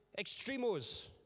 extremos